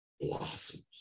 blossoms